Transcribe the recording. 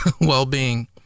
well-being